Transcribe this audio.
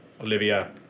Olivia